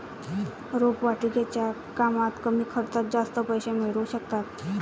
रोपवाटिकेच्या कामात कमी खर्चात जास्त पैसे मिळू शकतात